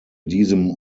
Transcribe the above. diesem